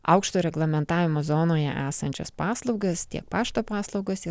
aukšto reglamentavimo zonoje esančias paslaugas tiek pašto paslaugas